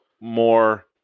more